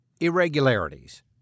irregularities